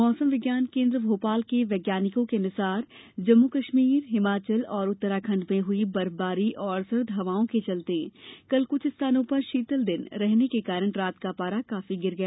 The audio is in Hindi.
मौसम विज्ञान केन्द्र भोपाल के वैज्ञानिकों के अनुसार जम्मू कश्मीर हिमाचल और उत्तराखंड में हुयी बर्फबारी और सर्द हवाओं के चलते कल कुछ स्थानों पर शीतल दिन रहने के कारण रात का पारा काफी गिर गया